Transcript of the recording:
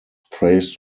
praised